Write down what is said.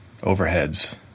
overheads